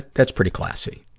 that's pretty classy.